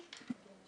כן.